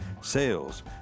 sales